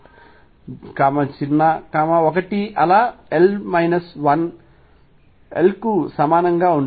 l 1l కు సమానంగా ఉంటుంది